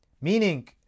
Meaning